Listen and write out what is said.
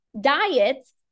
Diets